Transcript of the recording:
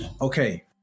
Okay